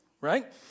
right